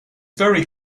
very